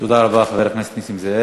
תודה רבה, חבר הכנסת נסים זאב.